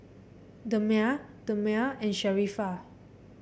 Damia Damia and Sharifah